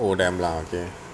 owe them lah okay